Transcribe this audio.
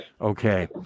okay